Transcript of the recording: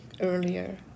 earlier